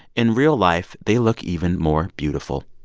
in real life, they look even more beautiful.